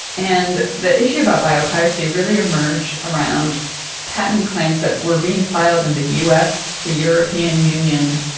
and the issue about biopiracy really emerged around patent claims that were being filed in the us, the european union,